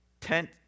tent